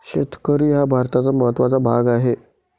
शेतकरी हा भारताचा महत्त्वाचा भाग आहे